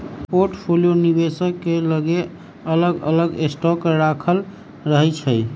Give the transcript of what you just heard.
portfolio निवेशक के लगे अलग अलग स्टॉक राखल रहै छइ